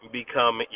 become